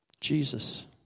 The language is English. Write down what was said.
Jesus